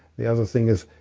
the other thing is,